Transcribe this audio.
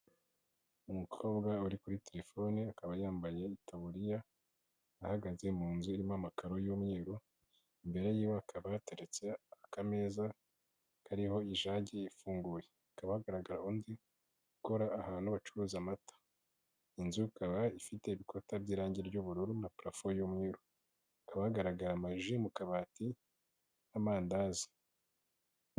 Umukobwa uri kuri telefone akaba yambaye taburiya ahagaze mu nzu irimo amakaro y'umweru, imbere yiwe hakaba yateretse akameza kariho ijage ifunguye, hakaba hagaragara undi ukora ahantu bacuruza amata, inzu ikaba ifite ibikuta by'irangi ry'ubururu na pulafo y'umweru hakaba hagaragara ama ji mu kabati k'amandazi.